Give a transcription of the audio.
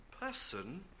person